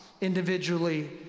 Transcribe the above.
individually